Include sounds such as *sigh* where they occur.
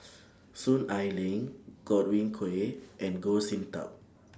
*noise* Soon Ai Ling Godwin Koay and Goh Sin Tub